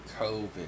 COVID